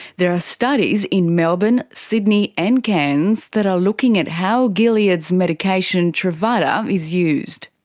there are studies in melbourne, sydney and cairns that are looking at how gilead's medication truvada is used.